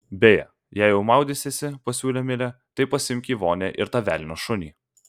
beje jei jau maudysiesi pasiūlė milė tai pasiimk į vonią ir tą velnio šunį